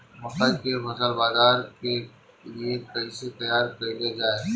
मकई के फसल बाजार के लिए कइसे तैयार कईले जाए?